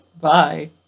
Bye